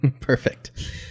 Perfect